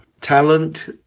talent